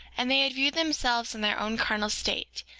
and they had viewed themselves in their own carnal state,